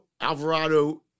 Alvarado